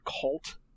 cult